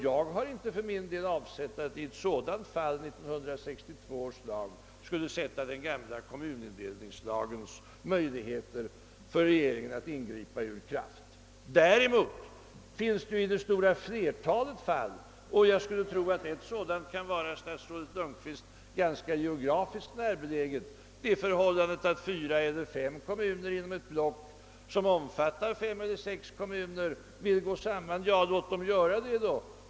Jag har inte avsett att 1962 års lag 1 sådant fall skulle sätta den gamla kommunindelningslagen, som ger regeringen möjligheter att ingripa, ur kraft. Däremot är det i det stora flertalet så — och jag skulle tro att ett sådant fall kan vara statsrådet Lundkvist geografiskt ganska närbeläget — att fyra eller fem kommuner inom ett block omfattande fem eller sex kommuner vill gå samman. Och låt dem då göra det.